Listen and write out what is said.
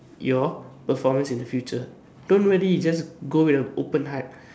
your performance in the future don't worry just go with an open heart